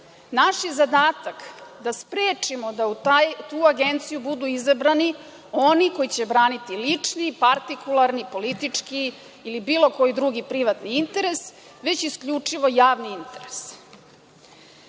Naš je zadatak da sprečimo da u tu agenciju budu izabrani oni koji će braniti lični, partikularni, politički ili bilo koji drugi privatni interes, već isključivo javni interes. Takođe,